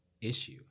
issue